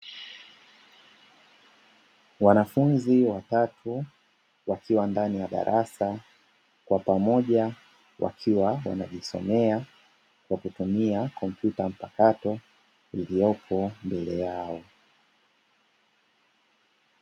Wanafunzi watatu wakiwa ndani ya darasa kwa pamoja wakiwa wanajisomea kwa kutumia kompyuta mpakato iliyopo mbele yao.